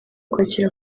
kwakira